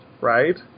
right